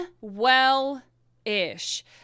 well-ish